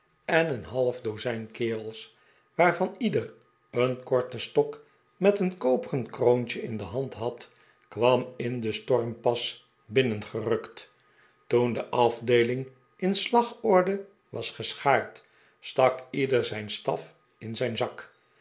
en een half dozijn kerels waarvan ieder een korten stok met een koperen kroontje in de hand had kwam in den stormpas binnengerukt toen de afdeeling in slagorde was geschaard stak ieder zijn staf in zijn zak